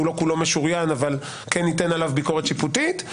לא כולו משוריין אבל כן ניתן עליו ביקורת שיפוטית.